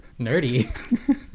nerdy